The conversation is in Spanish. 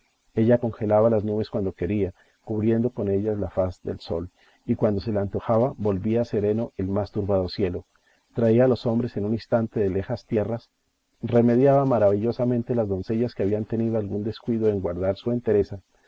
ella congelaba las nubes cuando quería cubriendo con ellas la faz del sol y cuando se le antojaba volvía sereno el más turbado cielo traía los hombres en un instante de lejas tierras remediaba maravillosamente las doncellas que habían tenido algún descuido en guardar su entereza